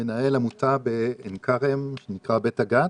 מנהל עמותה בעין כרם שנקראת 'בית הגת',